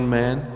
man